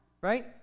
right